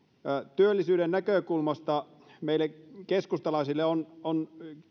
työllisyyden näkökulmasta meille keskustalaisille on on